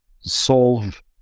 solve